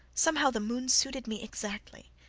somehow the moon suited me exactly.